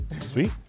Sweet